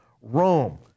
Rome